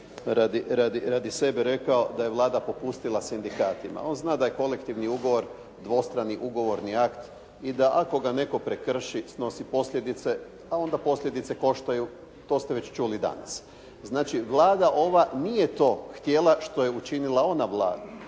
radi sebe rekao da je Vlada popustila sindikatima. On zna da je kolektivni ugovor dvostrani ugovorni akt i da ako ga netko prekrši, snosi posljedice, a onda posljedice koštaju, to ste već čuli danas. Znači, Vlada ova nije to htjela što je učinila ona Vlada,